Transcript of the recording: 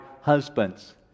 husbands